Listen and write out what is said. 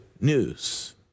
news